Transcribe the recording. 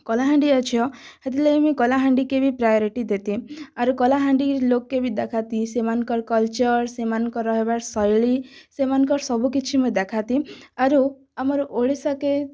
କଳାହାଣ୍ଡିଆ ଝିଅ ହେଥିର ଲାଗି ମୁଇଁ କଳାହାଣ୍ଡିକେ ବି ପ୍ରାୟରିଟି ଦେତି ଆରୁ କଳାହାଣ୍ଡି ଲୋଗକେ ବି ଦେଖାଁତି ସେମାନଙ୍କର କଲଚର ସେମାନଙ୍କର ରହିବାର ଶୈଳୀ ସେମାନଙ୍କର ସବୁକିଛି ମୁଁ ଦେଖାଁତି ଆରୁ ଆମର ଓଡ଼ିଶାକେ